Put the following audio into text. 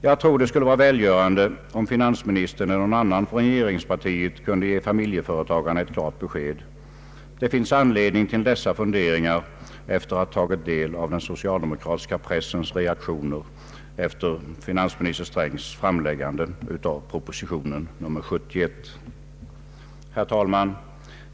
Jag tror det skulle vara välgörande om finansministern eller någon annan från regeringspartiet kunde ge familjeföretagarna ett klart besked, Det finns anledning till dessa funderingar efter att ha tagit del av den socialdemokratiska pressens reaktioner efter finansminister Strängs framläggande av proposition nr 71. Herr talman!